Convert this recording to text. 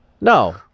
No